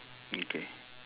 mm K